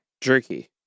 Jerky